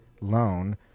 loan